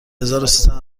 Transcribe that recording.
هزاروسیصد